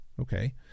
Okay